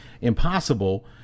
impossible